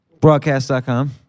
broadcast.com